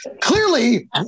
clearly